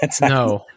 No